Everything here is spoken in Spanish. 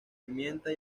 pimienta